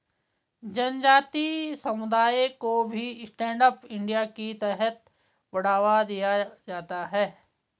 जनजाति समुदायों को भी स्टैण्ड अप इंडिया के तहत बढ़ावा दिया जाता है